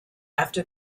after